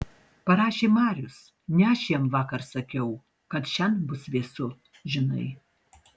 parašė marius ne aš jam vakar sakiau kad šian bus vėsu žinai